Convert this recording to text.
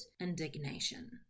indignation